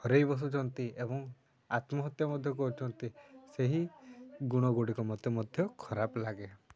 ହରାଇ ବସୁଛନ୍ତି ଏବଂ ଆତ୍ମହତ୍ୟା ମଧ୍ୟ କରୁଛନ୍ତି ସେହି ଗୁଣ ଗୁଡ଼ିକ ମୋତେ ମଧ୍ୟ ଖରାପ ଲାଗେ